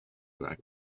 black